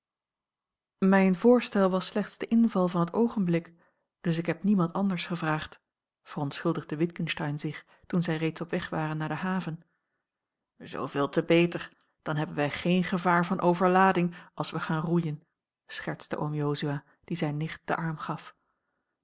mijn voorstel was slechts de inval van het oogenblik dus a l g bosboom-toussaint langs een omweg heb ik niemand anders gevraagd veronschuldigde witgensteyn zich toen zij reeds op weg waren naar de haven zooveel te beter dan hebben wij geen gevaar van overlading als wij gaan roeien schertste oom jozua die zijne nicht den arm gaf